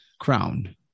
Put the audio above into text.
crown